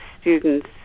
students